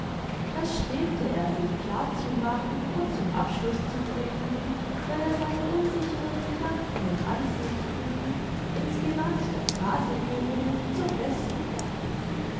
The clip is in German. das strebte er sich klar zu machen und zum abschluß zu bringen wenn er seine unsicheren gedanken und ansichten in's gewand der phrase gehüllt zum besten gab